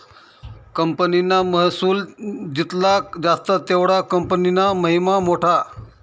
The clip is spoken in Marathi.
कंपनीना महसुल जित्ला जास्त तेवढा कंपनीना महिमा मोठा